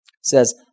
says